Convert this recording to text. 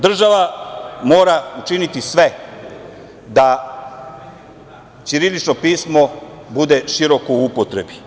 Država mora činiti sve da ćirilično pismo bude široko u upotrebi.